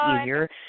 easier